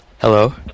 Hello